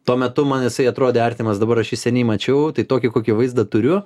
tuo metu man jisai atrodė artimas dabar aš jį seniai mačiau tai tokį kokį vaizdą turiu